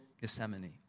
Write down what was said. Gethsemane